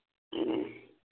ꯎꯝ